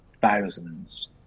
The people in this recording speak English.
thousands